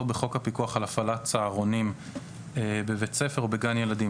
בחוק הפיקוח על הפעלת צהרונים בבית ספר או בגן ילדים,